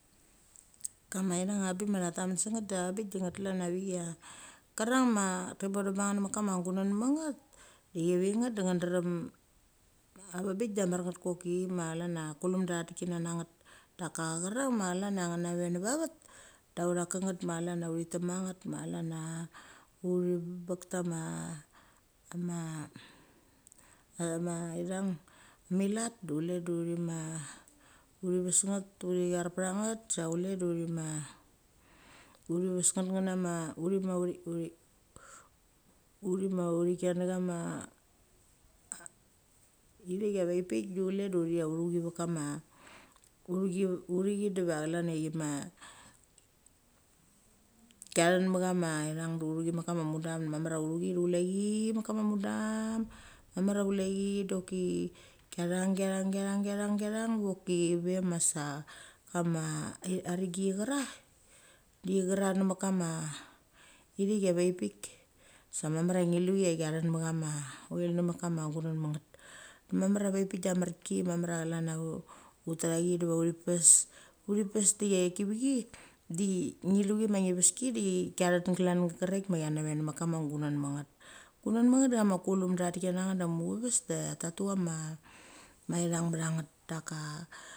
Kama ithong abik ma tha tamen sa nget da bik de ngiet klan a vik cha kerang ma ti bondem bechanget necha met kama gununmet nget, chivi nget de necha drem. Aveng bik de a mar nget koki ma chlan a kulumdei tati kena nget. Daka cherang ma chlan a nave va vet da utha keng nget ma chlan cha uthi tek ma nget ma chlan cha ithang, milet du chule de uthi ma uthi ves nget de uthi cher pacha nget sa chule du uthi ma nganama uthi ma uthi ken na neccha chama i thek a vek pik du chle du uthia uthuchi vek kama, uthuchi diva chlan cha chimakianan ma chama ithang, da uthu chi metka ma mudam mamar a uthuchi du chule chi mek kama mudam mamar cha chule chi doki kia chang, kiachang kiachang, kiachang, kiachang doki ve ma sa ama arengi chichera de chichera nemek kama a vek pik sa mamar cha ngi lu chi chanen ma chama oil nemet kama gununmet nget. Mamar a ve pik da marki mamar cha chlan ut tathi diva uthi pes uthi pes de kivi chi ngi luchi ma ngi ves ki de kianen klan ke raek ma chi nave nemen kama gununmetnget. Gununmetnget da cha ma kulumda tha ti kena nget da muchaves da ta tu chama, ma ithung btha nget daka.